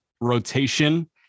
rotation